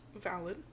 Valid